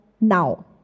now